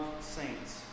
saints